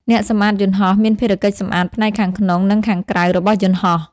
អ្នកសម្អាតយន្តហោះ មានភារកិច្ចសម្អាតផ្នែកខាងក្នុងនិងខាងក្រៅរបស់យន្តហោះ។